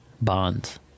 Bonds